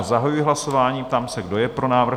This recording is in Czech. Zahajuji hlasování a ptám se, kdo je pro návrh?